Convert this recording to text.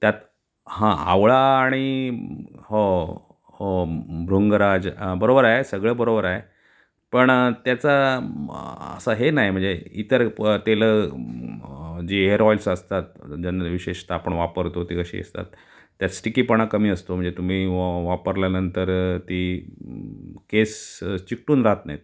त्यात हां आवळा आणि हो हो भृंगराज बरोबर आहे सगळं बरोबर आहे पण त्याचा असा हे नाही म्हणजे इतर प तेलं जे हेअर ऑईल्स असतात जनरली विशेषत आपण वापरतो ते कशी असतात त्यात स्टिकीपणा कमी असतो म्हणजे तुम्ही व वापरल्यानंतर ती केस चिकटून राहत नाहीत